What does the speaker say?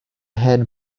hen